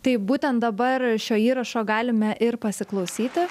taip būtent dabar šio įrašo galime ir pasiklausyti